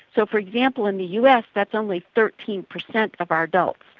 so, for example, in the us that's only thirteen percent of our adults,